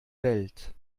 welt